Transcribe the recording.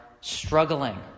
struggling